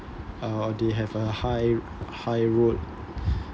uh they have a high high worth